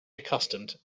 accustomed